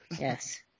Yes